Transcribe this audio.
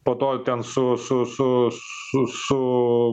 po to ten su su su su su